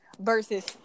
versus